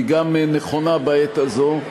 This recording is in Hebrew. היא גם נכונה בעת הזאת.